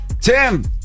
Tim